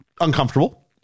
uncomfortable